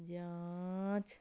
ਜਾਂਚ